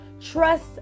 Trust